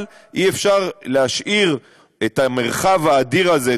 אבל אי-אפשר להשאיר את המרחב האדיר הזה,